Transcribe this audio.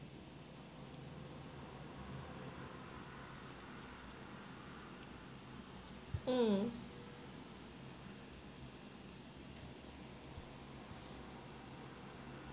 mm